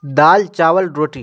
دال چاول روٹی